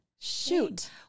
shoot